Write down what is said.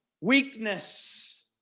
weakness